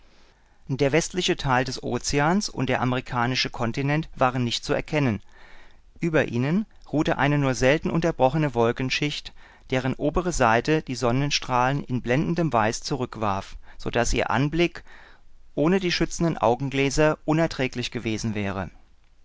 der westliche teil des ozeans und der amerikanische kontinent waren nicht zu erkennen über ihnen ruhte eine nur selten unterbrochene wolkenschicht deren obere seite die sonnenstrahlen in blendendem weiß zurückwarf so daß ihr anblick ohne die schützenden augengläser unerträglich gewesen wäre